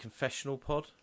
ConfessionalPod